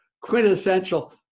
quintessential